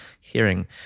hearing